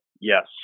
yes